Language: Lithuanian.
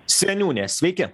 seniūnė sveiki